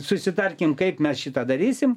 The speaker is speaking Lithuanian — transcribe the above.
susitarkim kaip mes šitą darysim